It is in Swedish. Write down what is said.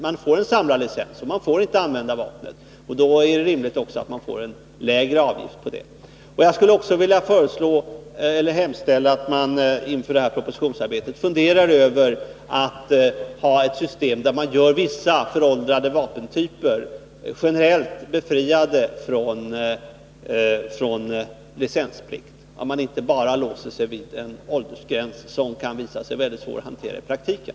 Man får en samlarlicens, och man får inte använda vapnet. Då är det också rimligt att man får en lägre avgift. Jag skulle också vilja hemställa att man inför det här propositionsarbetet funderar över att ha ett system där man gör vissa föråldrade vapentyper generellt befriade från licensplikt och att man inte bara låser sig vid en åldersgräns som visar sig vara väldigt svår att hantera i praktiken.